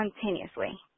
continuously